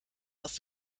auf